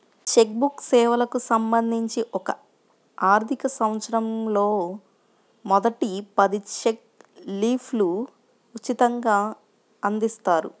check book సేవలకు సంబంధించి ఒక ఆర్థికసంవత్సరంలో మొదటి పది చెక్ లీఫ్లు ఉచితంగ అందిస్తారు